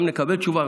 גם אם נקבל תשובה.